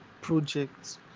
projects